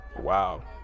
Wow